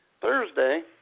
Thursday